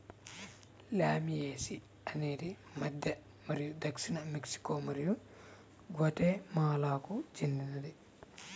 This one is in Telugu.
లామియాసి అనేది మధ్య మరియు దక్షిణ మెక్సికో మరియు గ్వాటెమాలాకు చెందినది